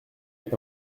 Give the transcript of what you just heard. est